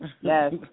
Yes